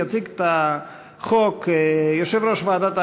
יציג את החוק יושב-ראש ועדת העבודה,